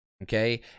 Okay